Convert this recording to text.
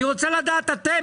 אני רוצה לדעת איך אתם,